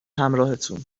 همراهتون